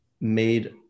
made